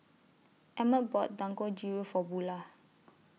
Emett bought Dangojiru For Bulah